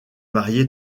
marié